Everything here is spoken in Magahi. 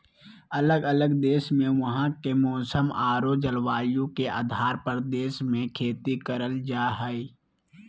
अलग अलग देश मे वहां के मौसम आरो जलवायु के आधार पर देश मे खेती करल जा हय